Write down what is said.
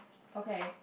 okay